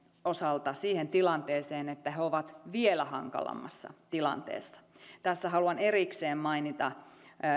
osalta siihen tilanteeseen että he ovat vielä hankalammassa tilanteessa tässä haluan erikseen mainita